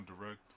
Direct